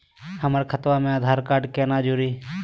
हमर खतवा मे आधार कार्ड केना जुड़ी?